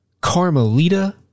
Carmelita